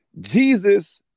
Jesus